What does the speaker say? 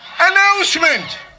announcement